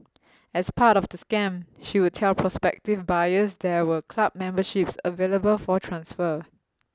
as part of the scam she would tell prospective buyers there were club memberships available for transfer